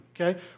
okay